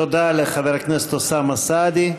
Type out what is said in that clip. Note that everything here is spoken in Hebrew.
תודה לחבר הכנסת אוסאמה סעדי.